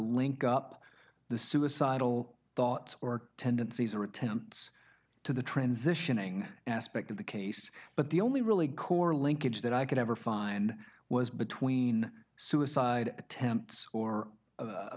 link up the suicidal thoughts or tendencies or attempts to the transitioning aspect of the case but the only really core linkage that i could ever find was between suicide attempts or